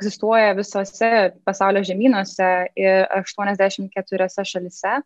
egzistuoja visose pasaulio žemynuose ir aštuoniasdešimt keturiose šalyse